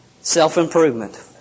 Self-improvement